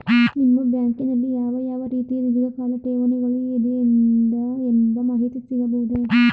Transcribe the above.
ನಿಮ್ಮ ಬ್ಯಾಂಕಿನಲ್ಲಿ ಯಾವ ಯಾವ ರೀತಿಯ ಧೀರ್ಘಕಾಲ ಠೇವಣಿಗಳು ಇದೆ ಎಂಬ ಮಾಹಿತಿ ಸಿಗಬಹುದೇ?